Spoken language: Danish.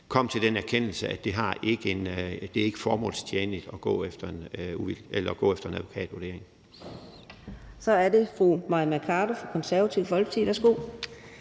kom til den erkendelse, at det ikke er formålstjenligt at gå efter en advokatvurdering.